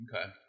Okay